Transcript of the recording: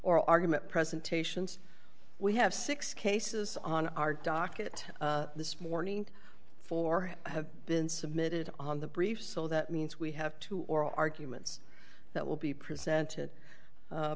argument presentations we have six cases on our docket this morning four have been submitted on the briefs so that means we have two oral arguments that will be presented